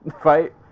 fight